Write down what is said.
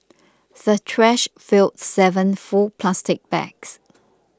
the trash filled seven full plastic bags